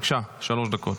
בבקשה, שלוש דקות.